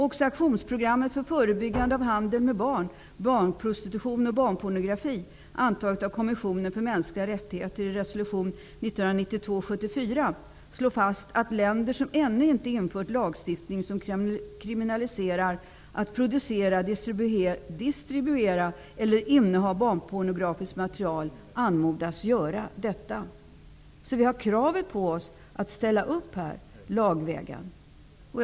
Också i aktionsprogrammet för förebyggande av handel med barn, barnprostitution och barnpornografi, antaget av konventionen för mänskliga rättigheter i resolution 1992:74, slås det fast att länder som ännu inte infört lagstiftning som kriminaliserar produktion, distribution och innehav av barnpornografiskt material anmodas göra det. Vi har alltså kravet på oss att ställa upp via lagstiftning.